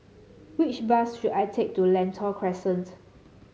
which bus should I take to Lentor Crescent